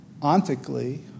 ontically